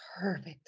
perfect